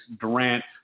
Durant